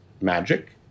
magic